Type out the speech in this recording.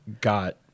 got